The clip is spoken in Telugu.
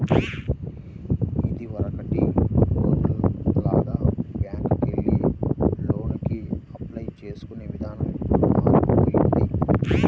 ఇదివరకటి రోజుల్లో లాగా బ్యేంకుకెళ్లి లోనుకి అప్లై చేసుకునే ఇదానం ఇప్పుడు మారిపొయ్యింది